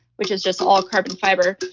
which is just all carbon fiber.